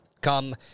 Come